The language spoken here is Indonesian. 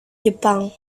jepang